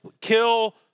kill